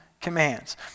commands